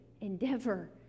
endeavor